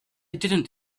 didn’t